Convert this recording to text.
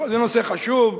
זה נושא חשוב,